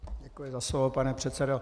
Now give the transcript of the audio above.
Děkuji za slovo, pane předsedo.